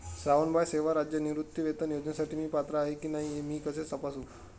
श्रावणबाळ सेवा राज्य निवृत्तीवेतन योजनेसाठी मी पात्र आहे की नाही हे मी कसे तपासू?